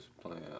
playing